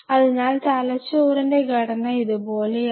അതിനാൽ തലച്ചോറിന്റെ ഘടന ഇതുപോലെയാണ്